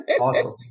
Awesome